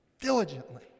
diligently